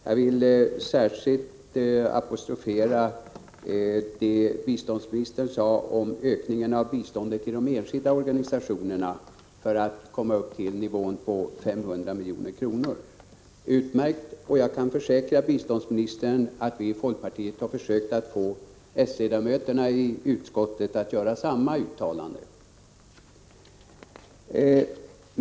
Jag vill särskilt apostrofera biståndsministern i det hon sade om ökningen av biståndet till de enskilda organisationerna för att komma upp till nivån 500 milj.kr. Det är utmärkt, och jag kan försäkra biståndsministern att vi i folkpartiet har försökt att få s-ledamöterna i utskottet att göra samma uttalande.